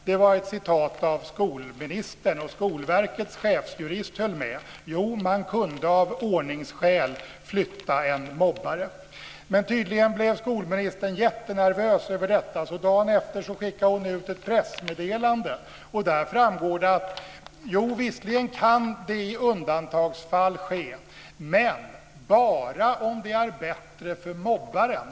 Det var ett citat av skolministern, och Skolverkets chefsjurist höll med. Man kunde av ordningsskäl flytta en mobbare. Men tydligen blev skolministern jättenervös av detta. Dagen efter skickade hon ut ett pressmeddelande. Där framgår det att det visserligen kan ske i undantagsfall, men bara om det är bättre för mobbaren.